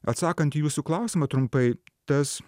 atsakant į jūsų klausimą trumpai tas